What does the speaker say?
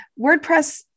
WordPress